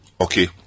Okay